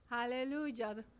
Hallelujah